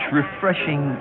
refreshing